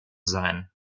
sein